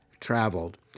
traveled